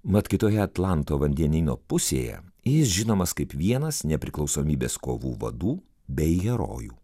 mat kitoje atlanto vandenyno pusėje jis žinomas kaip vienas nepriklausomybės kovų vadų bei herojų